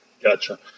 Gotcha